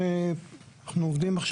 אנחנו עובדים על